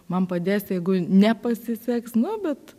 man padės jeigu nepasiseks nu bet